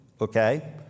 Okay